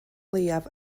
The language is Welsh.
leiaf